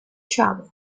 travel